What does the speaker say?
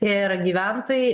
ir gyventojai